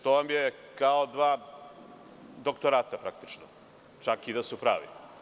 To vam je kao dva doktorata, praktično, čak i da su pravi.